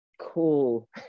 cool